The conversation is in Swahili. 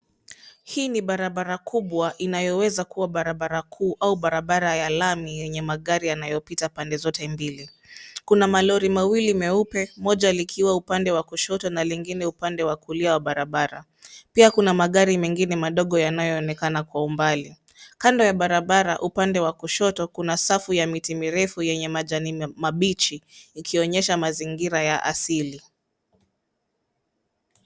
Hii ni barabara kubwa inayoweza kuwa barabara kuu au barabara ya lami yenye magari yanayopita pande zote mbili. Kuna malori mawili meupe, moja likiwa upande wa kushoto na lingine wa kulia wa barabara. Pia kuna magari mengine madogo yanayoonekana kwa umbali. Kando ya barabara, upande wa kushoto, kuna safu ya miti mirefu yenye majani mabichi ikionyesha mazingira ya asili.